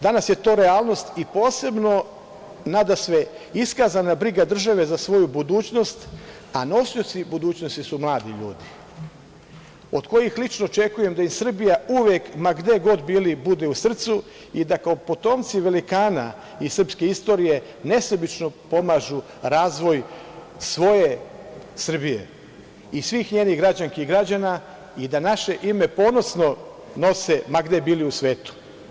Danas je to realnost i posebno,, nadasve iskazana briga države za svoju budućnost, a nosioci budućnosti su mladi ljudi od kojih lično očekujem da im Srbija uvek ma gde god bili bude u Srcu i da kao potomci velikana i srpske istorije nesebično pomažu razvoj svoje Srbije i svih njenih građanki i građana i da naše ime ponosno nose, ma gde bili u svetu.